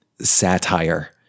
satire